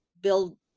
build